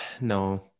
no